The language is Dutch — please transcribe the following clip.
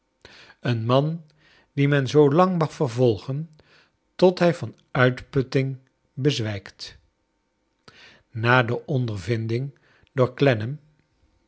een man dien men zoo lang mag vervolgen tot hij van uitputting bezwijkt na de ondervinuing door